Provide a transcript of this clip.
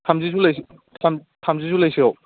थामजि जुलाइ थाम थामजि जुलाइसोआव